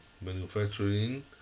manufacturing